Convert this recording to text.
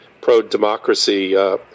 pro-democracy